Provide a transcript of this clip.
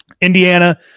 Indiana